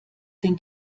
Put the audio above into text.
den